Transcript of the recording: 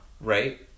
Right